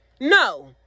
No